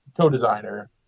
co-designer